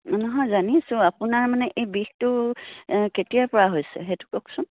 নহয় জানিছোঁ আপোনাৰ মানে এই বিষটো কেতিয়াৰ পৰা হৈছে সেইটো কওকচোন